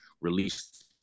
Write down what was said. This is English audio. released